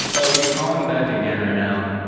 oh he's calling back again right now.